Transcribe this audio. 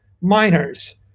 miners